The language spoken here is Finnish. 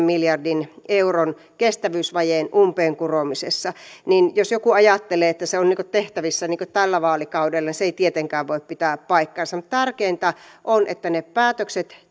miljardin euron kestävyysvajeen umpeen kuromisessa jos joku ajattelee että se on tehtävissä tällä vaalikaudella se ei tietenkään voi pitää paikkaansa mutta tärkeintä on että ne päätökset